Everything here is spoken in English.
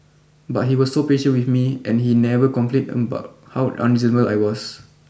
but he was so patient with me and he never complained about how unreasonable I was